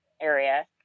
area